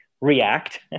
react